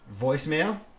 Voicemail